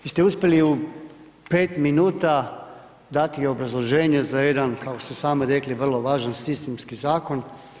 Vi ste uspjeli 5 minuta dati obrazloženje za jedan, kao što ste rekli, vrlo važan sistemski zakon.